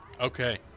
okay